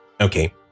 Okay